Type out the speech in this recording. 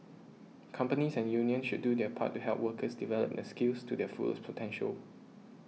companies and unions should do their part to help workers develop their skills to their fullest potential